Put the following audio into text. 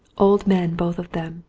old men both of them,